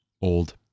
old